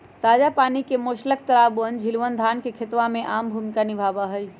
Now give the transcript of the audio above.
ताजा पानी के मोलस्क तालाबअन, झीलवन, धान के खेतवा में आम भूमिका निभावा हई